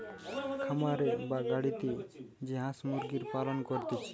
খামারে বা বাড়িতে যে হাঁস মুরগির পালন করতিছে